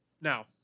Now